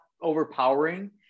overpowering